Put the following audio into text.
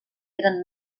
eren